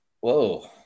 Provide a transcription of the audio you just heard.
Whoa